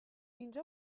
اینجا